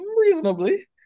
Reasonably